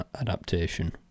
adaptation